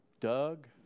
Doug